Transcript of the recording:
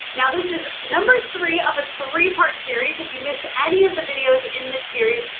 now this is number three of a three-part series. if you missed any of the videos in this series,